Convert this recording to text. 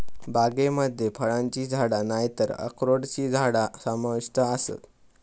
बागेमध्ये फळांची झाडा नायतर अक्रोडची झाडा समाविष्ट आसत